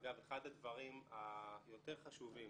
אגב, אחד הדברים היותר חשובים